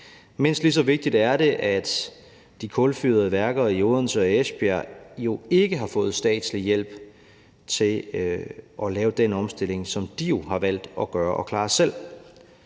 Mindst lige så vigtigt er det, at de kulfyrede værker i Odense og Esbjerg ikke har fået statslig hjælp til at lave den omstilling, som de jo har valgt at klare selv.